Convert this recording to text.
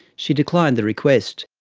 she declined the request.